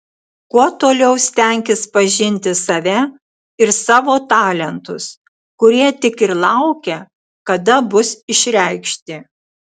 kuo uoliau stenkis pažinti save ir savo talentus kurie tik ir laukia kada bus išreikšti